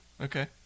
Okay